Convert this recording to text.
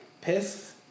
Piss